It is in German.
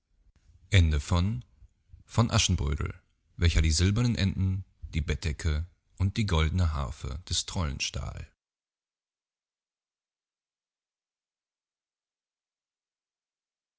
von aschenbrödel welcher die silbernen enten die bettdecke und die goldne harfe des trollen stahl